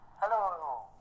hello